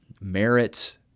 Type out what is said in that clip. merit